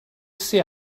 sydd